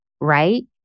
Right